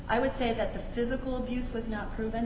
i would say that the physical abuse was not proven